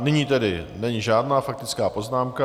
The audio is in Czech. Nyní tedy není žádná faktická poznámka.